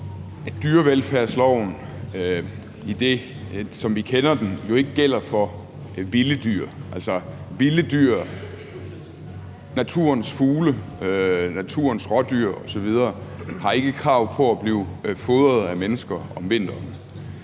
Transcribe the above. at dyrevelfærdsloven, som vi kender den, jo ikke gælder for vilde dyr. Altså, vilde dyr, naturens fugle, naturens rådyr osv. har ikke krav på at blive fodret af mennesker om vinteren.